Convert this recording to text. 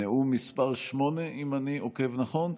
נאום מס' 8, אם אני עוקב נכון?